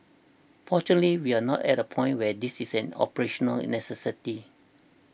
fortunately we are not at a point where this is an operational necessity